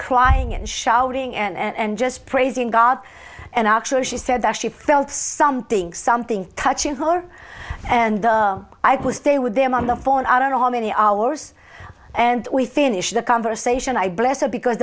crying and shouting and just praising god and actually she said that she felt something something touching her and i will stay with them on the phone i don't know how many hours and we finish the conversation i bless her because